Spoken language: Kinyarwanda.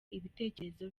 ibitekerezo